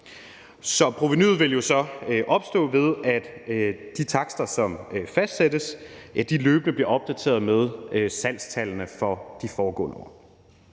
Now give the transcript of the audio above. kr. Provenuet vil jo opstå, ved at de takster, som fastsættes, løbende bliver opdateret med salgstallene for de foregående år.